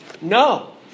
no